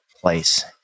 place